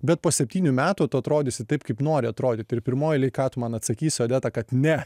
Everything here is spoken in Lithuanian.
bet po septynių metų tu atrodysi taip kaip nori atrodyti ir pirmoj eilėje ką tu man atsakysi odeta kad ne